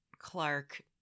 Clark